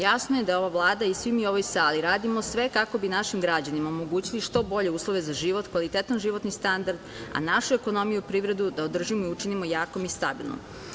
Jasno je da ova Vlada i svi mi u ovoj sali radimo sve kako bi našim građanima omogućili što bolje uslove za život, kvalitetan životni standard, a našu ekonomiju i privredu da održimo i učinimo jakom i stabilnom.